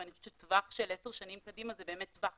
ואני חושבת שטווח של עשר שנים קדימה זה באמת טווח